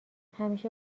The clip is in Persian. همیشه